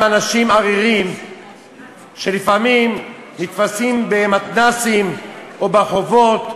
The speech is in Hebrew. אנשים עריריים שלפעמים נתפסים במתנ"סים או ברחובות,